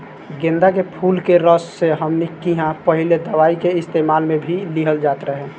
गेन्दा के फुल के रस से हमनी किहां पहिले दवाई के इस्तेमाल मे भी लिहल जात रहे